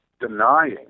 denying